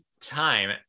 time